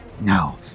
No